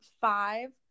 Five